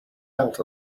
out